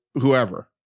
whoever